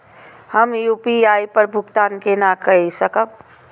हम यू.पी.आई पर भुगतान केना कई सकब?